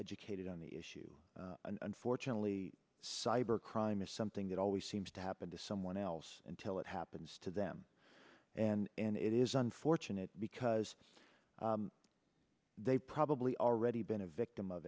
educated on the issue and unfortunately cyber crime is something that always seems to happen to someone else until it happens to them and it is unfortunate because they probably already been a victim of